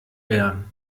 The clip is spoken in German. ehren